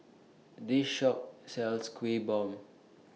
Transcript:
This Shop sells Kuih Bom